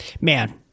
Man